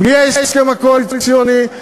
בלי ההסכם הקואליציוני,